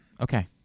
Okay